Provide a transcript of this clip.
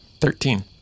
Thirteen